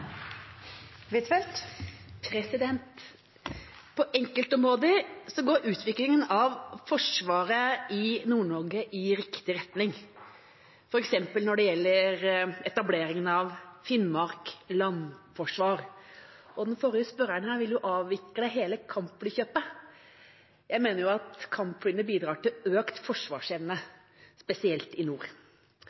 Forsvaret i Nord-Norge i riktig retning, f.eks. når det gjelder etableringen av Finnmark landforsvar. Den forrige spørreren vil avvikle hele kampflykjøpet; jeg mener at kampflyene bidrar til økt forsvarsevne, spesielt i nord.